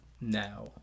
now